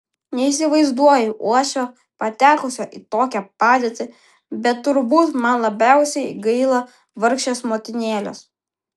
neįsivaizduoju uošvio patekusio į tokią padėtį bet turbūt man labiausiai gaila vargšės motinėlės